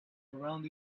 around